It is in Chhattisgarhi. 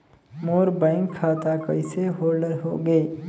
मोर बैंक खाता कइसे होल्ड होगे?